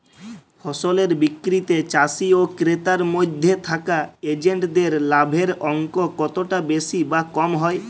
ফসলের বিক্রিতে চাষী ও ক্রেতার মধ্যে থাকা এজেন্টদের লাভের অঙ্ক কতটা বেশি বা কম হয়?